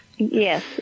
Yes